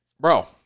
Bro